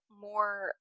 more